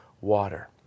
water